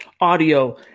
audio